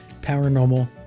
paranormal